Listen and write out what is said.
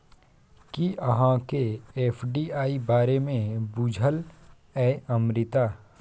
कि अहाँकेँ एफ.डी.आई बारे मे बुझल यै अमृता?